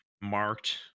marked